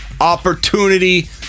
opportunity